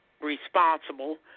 responsible